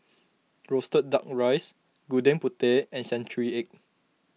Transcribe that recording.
Roasted Duck Rice Gudeg Putih and Century Egg